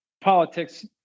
politics